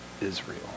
Israel